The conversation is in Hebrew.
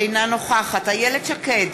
אינה נוכחת איילת שקד,